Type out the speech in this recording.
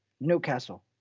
Newcastle